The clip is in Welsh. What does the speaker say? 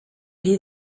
rhy